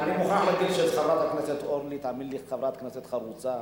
אני מוכרח להגיד שחברת הכנסת אורלי היא חברת כנסת חרוצה,